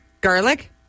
garlic